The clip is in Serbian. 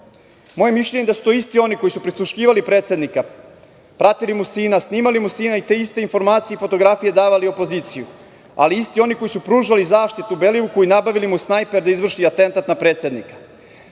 mišljenje je da su to isti oni koji su prisluškivali predsednika, pratili mu sina, snimali mu sina i te iste informacije i fotografije davali opoziciji, ali isti oni koji su pružali zaštitu Belivuku i nabavili mu snajper da izvrši atentat na predsednika. Do